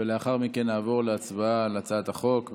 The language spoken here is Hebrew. ולאחר מכן נעבור להצבעה על הצעת החוק.